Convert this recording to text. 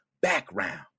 background